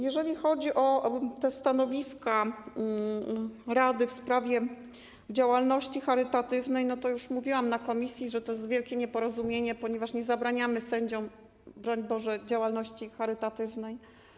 Jeżeli chodzi o stanowisko rady w sprawie działalności charytatywnej, to już mówiłam na posiedzeniu komisji, że to jest wielkie nieporozumienie, ponieważ nie zabraniamy sędziom, broń Boże, działalności charytatywnej.